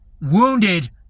wounded